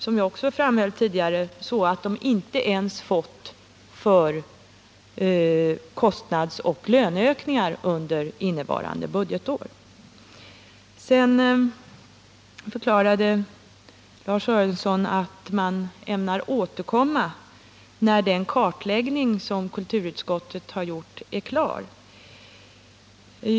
Som jag också framhöll har de därmed inte ens fått kompensation för kostnadsoch löneökningar under innevarande budgetår. Lars-Ingvar Sörenson förklarade att man ämnar återkomma när den kartläggning som kulturutskottet gör är klar.